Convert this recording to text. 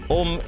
om